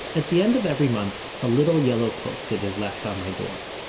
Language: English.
at the end of every month, a little, yellow post-it is left on my door.